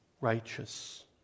righteous